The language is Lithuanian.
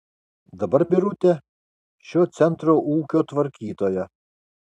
dabar birutė šio centro ūkio tvarkytoja